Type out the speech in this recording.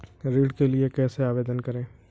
ऋण के लिए कैसे आवेदन करें?